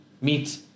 meet